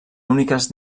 úniques